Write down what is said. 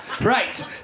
right